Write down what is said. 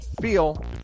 FEEL